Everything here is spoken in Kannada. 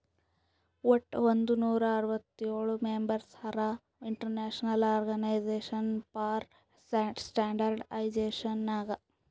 ವಟ್ ಒಂದ್ ನೂರಾ ಅರ್ವತ್ತೋಳ್ ಮೆಂಬರ್ಸ್ ಹರಾ international organization for standardization Nag